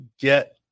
get